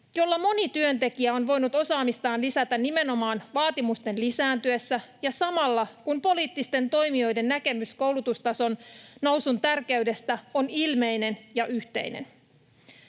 jolla moni työntekijä on voinut lisätä osaamistaan nimenomaan vaatimusten lisääntyessä ja samalla, kun poliittisten toimijoiden näkemys koulutustason nousun tärkeydestä on ilmeinen ja yhteinen.